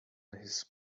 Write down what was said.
his